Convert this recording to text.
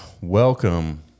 welcome